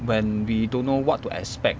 when we don't know what to expect